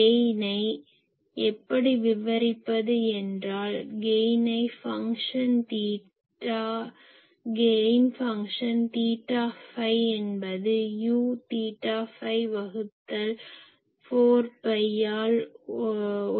கெயினை எப்படி விவரிப்பது என்றால் கெயின் ஃபங்ஷன் தீட்டா ஃபை என்பது Uதீட்டாஃபை வகுத்தல் 4பை ஆல்